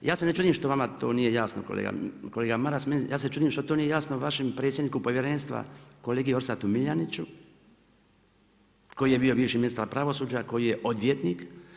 Ja se ne čudim što vama to nije jasno kolega Maras, ja se čudim što to nije jasno vašem predsjedniku povjerenstva kolegi Orsatu Miljeniću, koji je bio bivši ministra pravosuđa, koji je odvjetnik.